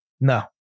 No